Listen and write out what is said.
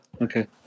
Okay